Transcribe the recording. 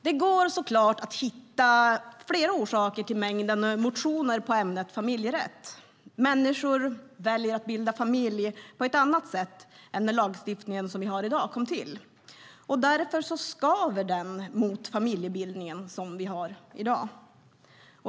Det går så klart att hitta flera orsaker till mängden motioner inom ämnet familjerätt. Människor väljer att bilda familj på ett annat sätt än när lagstiftningen som vi har i dag kom till, och därför skaver den mot den familjebildning vi har i dag.